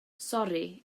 sori